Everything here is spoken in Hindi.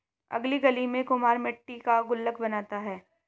अगली गली में कुम्हार मट्टी का गुल्लक बनाता है